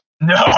No